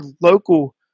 local